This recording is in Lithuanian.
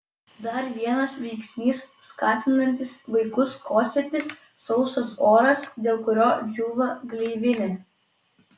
dar vienas veiksnys skatinantis vaikus kosėti sausas oras dėl kurio džiūva gleivinė